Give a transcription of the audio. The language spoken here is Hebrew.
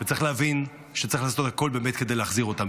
וצריך להבין שצריך לעשות הכול באמת כדי להחזיר אותם.